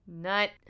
Nut